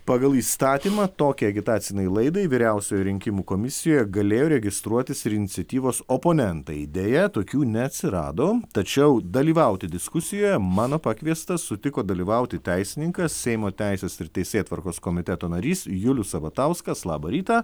pagal įstatymą tokiai agitacinei laidai vyriausioje rinkimų komisijoje galėjo registruotis ir iniciatyvos oponentai deja tokių neatsirado tačiau dalyvauti diskusijoje mano pakviestas sutiko dalyvauti teisininkas seimo teisės ir teisėtvarkos komiteto narys julius sabatauskas labą rytą